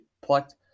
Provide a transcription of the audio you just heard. plucked